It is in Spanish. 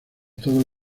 todos